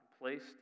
placed